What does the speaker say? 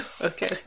Okay